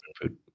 food